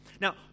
Now